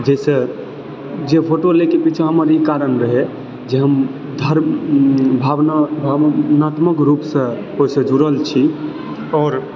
जाहिसँ जे फोटो लएकऽ पीछाँ हमर ई कारण रहय जे हम धर्म भावना भावनात्मक रूपसँ ओहिसँ जुड़ल छी आओर